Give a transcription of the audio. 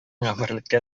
гомерлеккә